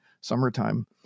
summertime